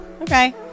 Okay